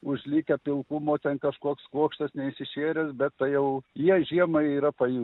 užlikę pilkumo ten kažkoks kuokštas neišsišėręs bet tai jau jie žiemą yra paju